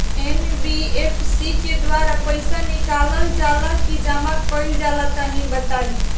NBFC के द्वारा पईसा निकालल जला की जमा कइल जला तनि बताई?